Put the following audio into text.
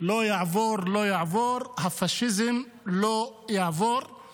"לא יעבור, לא יעבור, הפשיזם לא יעבור".